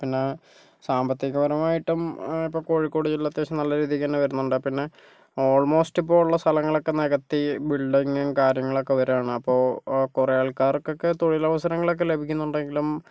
പിന്നെ സാമ്പത്തിക പരമായിട്ടും ഇപ്പോൾ കോഴിക്കോട് ജില്ലാ അത്യാവശ്യം നല്ല രീതിക്ക് തന്നെ വരുന്നുണ്ട് പിന്നെ ആൾമോസ്റ് ഇപ്പോൾ ഉള്ള സ്ഥലങ്ങളൊക്കെ നികത്തി ബിൽഡിങ്ങും കാര്യങ്ങളൊക്കെ വരുവാണ് അപ്പോൾ കുറെ ആൾക്കാർക്ക് ഒക്കെ തൊഴിൽ അവസരങ്ങൾ ഒക്കെ ലഭിക്കുന്നുണ്ടെങ്കിലും